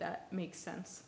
that makes sense